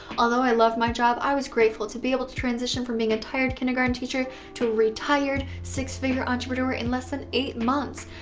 although i loved my job, i was grateful to be able to transition from being a tired kindergarten teacher to a retired six-figure entrepreneur in less than eight months.